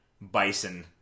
Bison